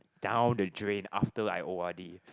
down the drain after I O_R_D